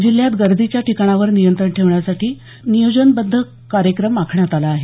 जिल्ह्यात गर्दीच्या ठिकाणावर नियंत्रण ठेवण्यासाठी नियोजनबद्ध कार्यक्रम आखण्यात आला आहे